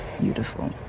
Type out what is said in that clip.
Beautiful